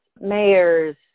mayors